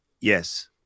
yes